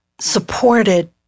supported